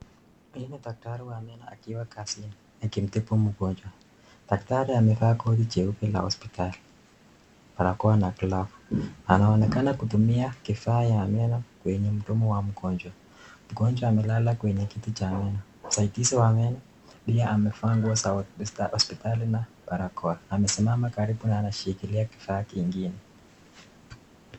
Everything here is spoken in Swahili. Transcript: Huyu ni daktari wa meno akiwa kazini akimtibu mgonjwa, daktari amevaa koti jeupe la hospitali, parakoa na glovu, anaonekana kutumia kifaa ya meno kwenye mdomo wa mgonjwa, mgonjwa amelala kwenye kiti cha meno, usaidizi wa meno pia amevaa nguo za hospitali na parakoa, amesimama karibu na anashikilia kifaa kingine.